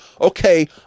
Okay